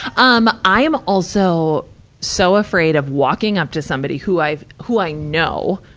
um, i'm also so afraid of walking up to somebody who i've, who i know,